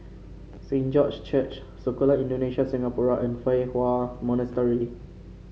Saint George Church Sekolah Indonesia Singapura and Fa Hua Monastery